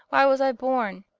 why was i born?